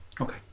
Okay